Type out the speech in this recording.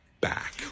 back